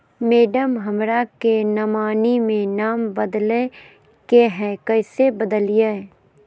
madam, हमरा के nominee में नाम बदले के हैं, कैसे बदलिए